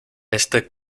este